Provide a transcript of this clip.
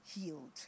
healed